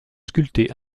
sculpté